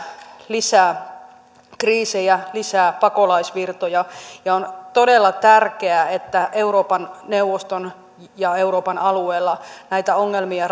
lisää kriisejä lisää pakolaisvirtoja ja on todella tärkeää että euroopan neuvoston ja euroopan alueella näitä ongelmia